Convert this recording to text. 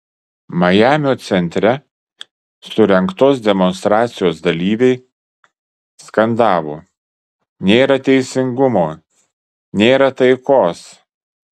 majamio centre surengtos demonstracijos dalyviai skandavo nėra teisingumo nėra taikos